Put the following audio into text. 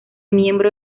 miembro